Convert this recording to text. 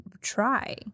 try